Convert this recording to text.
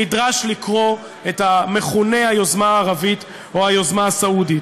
נדרש לקרוא את המכונה "היוזמה הערבית" או "היוזמה הסעודית",